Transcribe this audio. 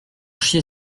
chier